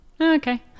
Okay